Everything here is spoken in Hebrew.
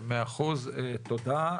מאה אחוז, תודה.